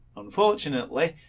unfortunately,